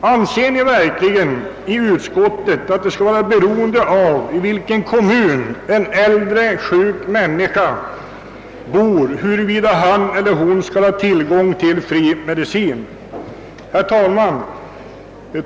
Anser ni verkligen i utskottet att det skall vara beroende av i vilken kommun en äldre sjuk människa bor huruvida han eller hon skall ha tillgång till fri medicin? Herr talman!